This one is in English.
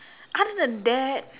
other than that